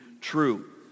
true